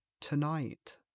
tonight